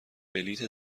بلیت